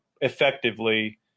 effectively